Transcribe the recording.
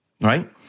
Right